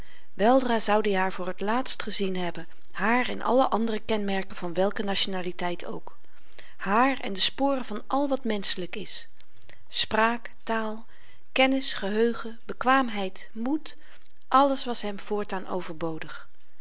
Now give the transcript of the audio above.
weldra zoud i haar voor t laatst gezien hebben haar en alle andere kenmerken van welke nationaliteit ook haar en de sporen van al wat menschelyk is spraak taal kennis geheugen bekwaamheid moed alles was hem voortaan overbodig